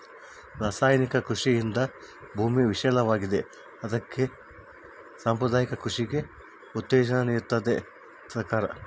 ರಾಸಾಯನಿಕ ಕೃಷಿಯಿಂದ ಭೂಮಿ ವಿಷವಾಗಿವೆ ಅದಕ್ಕಾಗಿ ಸಾಂಪ್ರದಾಯಿಕ ಕೃಷಿಗೆ ಉತ್ತೇಜನ ನೀಡ್ತಿದೆ ಸರ್ಕಾರ